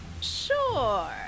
Sure